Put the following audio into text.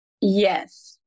Yes